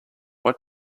what